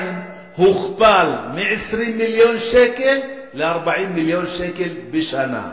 הוכפל מ-20 מיליון שקל ל-40 מיליון שקל בשנה.